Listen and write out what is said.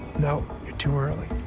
no, you're too early.